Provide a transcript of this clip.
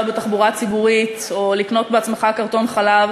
בתחבורה ציבורית או לקנות בעצמך קרטון חלב.